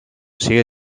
sigue